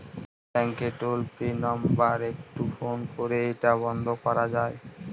ব্যাংকের toll free number একটু phone করে এটা বন্ধ করা যায়?